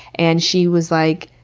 and she was like,